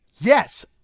Yes